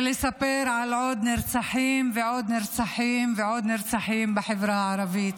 ולספר על עוד נרצחים ועוד נרצחים ועוד נרצחים בחברה הערבית.